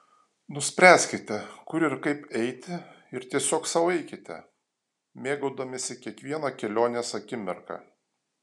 nuspręskite kur ir kaip eiti ir tiesiog sau eikite mėgaudamiesi kiekviena kelionės akimirka